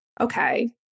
okay